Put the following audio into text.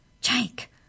Jake